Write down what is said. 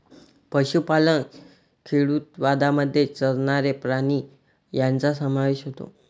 पशुपालन खेडूतवादामध्ये चरणारे प्राणी यांचा समावेश होतो